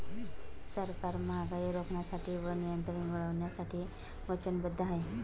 सरकार महागाई रोखण्यासाठी व नियंत्रण मिळवण्यासाठी वचनबद्ध आहे